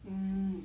mm